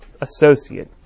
associate